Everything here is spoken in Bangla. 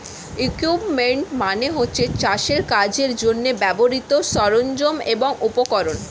ইকুইপমেন্ট মানে হচ্ছে চাষের কাজের জন্যে ব্যবহৃত সরঞ্জাম এবং উপকরণ